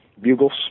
bugles